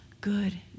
good